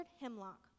Hemlock